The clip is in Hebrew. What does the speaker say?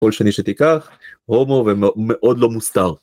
כל שני שתיקח, הומו ומאוד לא מוסתר.